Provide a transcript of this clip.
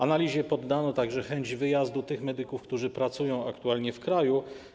Analizie poddano także chęć wyjazdu tych medyków, którzy pracują aktualnie w kraju.